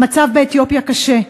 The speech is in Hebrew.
המצב באתיופיה קשה.